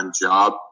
job